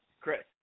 Chris